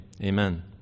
Amen